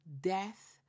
death